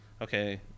Okay